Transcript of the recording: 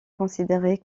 considérée